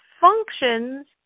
functions